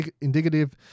indicative